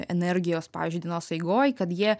energijos pavyzdžiui dienos eigoj kad jie